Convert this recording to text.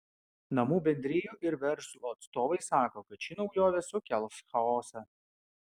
namų bendrijų ir verslo atstovai sako kad ši naujovė sukels chaosą